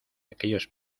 aquellos